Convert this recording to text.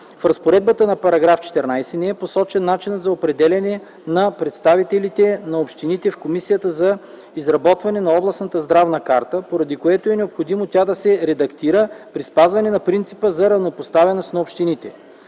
в разпоредбата на § 14 не е посочен начинът за определяне на представителите на общините в Комисията за изработване на областната здравна карта, поради което е необходимо тя да се редактира при спазване на принципа за равнопоставеност на общините.